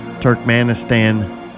Turkmenistan